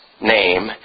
name